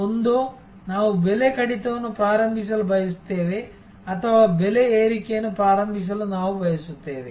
ಒಂದೋ ನಾವು ಬೆಲೆ ಕಡಿತವನ್ನು ಪ್ರಾರಂಭಿಸಲು ಬಯಸುತ್ತೇವೆ ಅಥವಾ ಬೆಲೆ ಏರಿಕೆಯನ್ನು ಪ್ರಾರಂಭಿಸಲು ನಾವು ಬಯಸುತ್ತೇವೆ